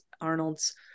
Arnold's